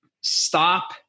stop